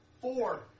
Four